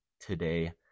today